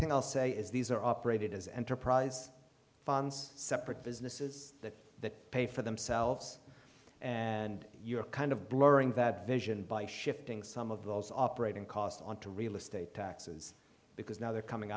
thing i'll say is these are operated as enterprise funds separate businesses that that pay for themselves and you're kind of blurring that vision by shifting some of those operating costs on to real estate taxes because now they're coming